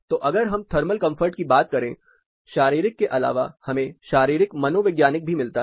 तो अगर हम थर्मल कंफर्ट की बात करें शारीरिक के अलावा हमें शारीरिक मनोवैज्ञानिक भी मिलता है